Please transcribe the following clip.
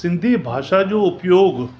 सिंधी भाषा जो उपयोगु